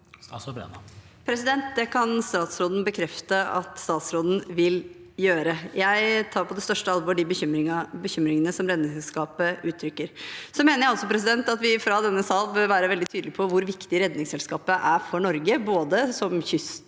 Det kan statsråd- en bekrefte at statsråden vil gjøre. Jeg tar på det største alvor de bekymringene som Redningsselskapet uttrykker. Jeg mener også at vi fra denne sal bør være veldig tydelig på hvor viktig Redningsselskapet er for Norge som